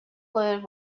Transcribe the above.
lid